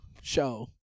show